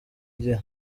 igihe